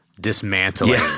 dismantling